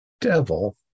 devil